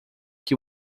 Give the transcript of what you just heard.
que